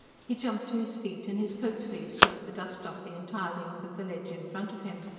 he jumped to his feet, and his coat-sleeve swept the dust off the entire length of the ledge in front of him.